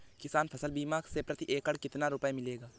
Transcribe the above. किसान फसल बीमा से प्रति एकड़ कितना रुपया मिलेगा?